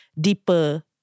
deeper